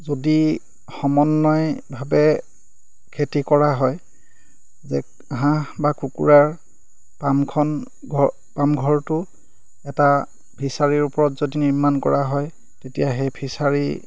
যদি সমন্বয়ভাৱে খেতি কৰা হয় যে হাঁহ বা কুকুৰাৰ পামখন ঘৰ পামঘৰটো এটা ফিচাৰীৰ ওপৰত যদি নিৰ্মাণ কৰা হয় তেতিয়া সেই ফিচাৰী